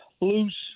Loose